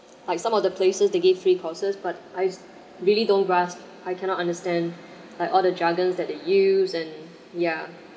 like some of the places they give free courses but I really don't grasp I cannot understand like all the jargons that they use and yeah